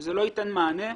זה לא ייתן מענה.